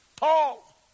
Paul